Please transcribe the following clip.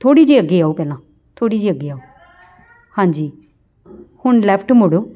ਥੋੜ੍ਹੀ ਜਿਹੀ ਅੱਗੇ ਆਓ ਪਹਿਲਾਂ ਥੋੜ੍ਹੀ ਜਿਹੀ ਅੱਗੇ ਆਓ ਹਾਂਜੀ ਹੁਣ ਲੈਫਟ ਮੁੜੋ